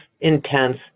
intense